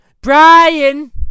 Brian